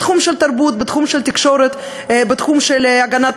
בתחום של תרבות, בתחום של תקשורת, בתחום של הגנת